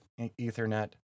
ethernet